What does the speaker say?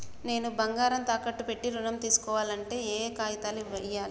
నేను బంగారం తాకట్టు పెట్టి ఋణం తీస్కోవాలంటే ఏయే కాగితాలు ఇయ్యాలి?